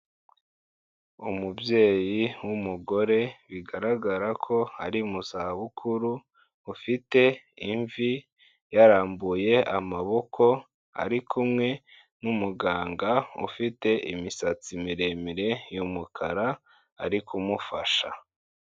Umubyeyi w'umugore, bigaragara ko ari mu zabukuru, ufite imvi, yarambuye amaboko, ari kumwe n'umuganga, ufite imisatsi miremire y'umukara ari kumufasha.